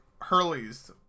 Hurley's